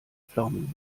pflaumenmus